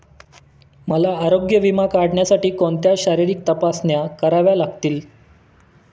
मला आरोग्य विमा काढण्यासाठी कोणत्या शारीरिक तपासण्या कराव्या लागतील?